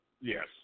Yes